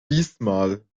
diesmal